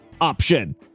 option